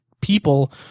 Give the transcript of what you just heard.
people